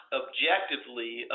objectively